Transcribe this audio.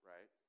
Right